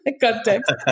context